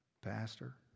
Pastor